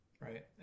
right